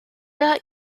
that